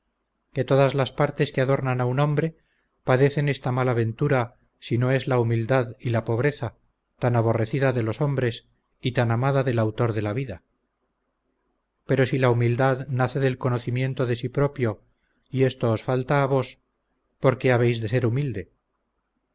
que todas las partes que adornan a un hombre padecen esta mala ventura sino es la humildad y la pobreza tan aborrecida de los hombres y tan amada del autor de la vida pero si la humildad nace del conocimiento de sí propio y esto os falta a vos por qué habéis de ser humilde